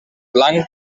blanc